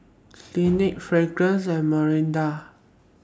Clinique Fragrance and Mirinda